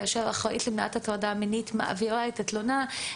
כאשר אחראית למניעת הטרדה מינית מעבירה את התלונה,